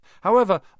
However